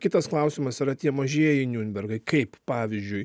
kitas klausimas yra tie mažieji niurnbergai kaip pavyzdžiui